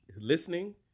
Listening